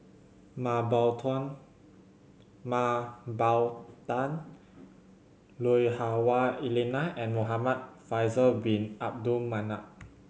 Mah Bow Mah Bow Tan Lui Hah Wah Elena and Muhamad Faisal Bin Abdul Manap